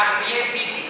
בערביי ביבי,